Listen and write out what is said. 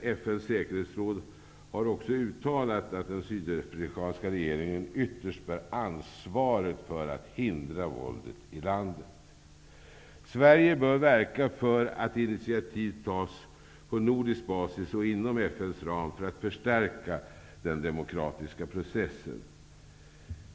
FN:s säkerhetsråd har också uttalat att den sydafrikanska regeringen ytterst bär ansvaret för att hindra våldet i landet. Sverige bör verka för att initiativ tas på nordisk basis och inom FN:s ram för att förstärka den demokratiska processen.